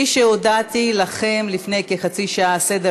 48 חברי כנסת בעד,